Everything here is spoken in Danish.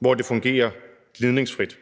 hvor det fungerer gnidningsfrit.